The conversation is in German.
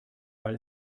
weil